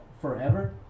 Forever